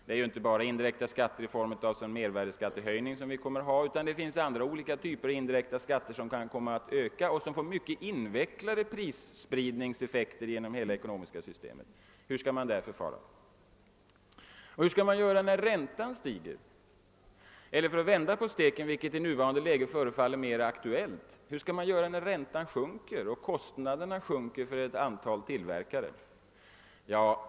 Vi får ju inte bara indirekta skatter i form av mervärdeskattehöjningar, utan det finns olika andra typer av sådan skatt som kan komma att öka och som får mycket invecklade prisspridningseffekter i hela det ekonomiska systemet. Hur skall man då förfara? Hur skall man göra när räntan stiger — eller för att vända på det, vilket i nuvarande läge förefaller att vara mera aktuellt — hur skall man göra när räntan sjunker och kostnaderna därmed sjunker för många tillverkare?